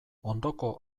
ondoko